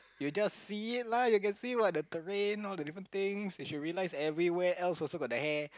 you just see it lah you can see what the terrain all the different things you should realise everywhere else also got the hair